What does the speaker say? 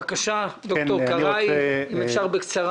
בקצרה אם אפשר.